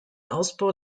ausbau